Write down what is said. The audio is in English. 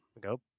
Go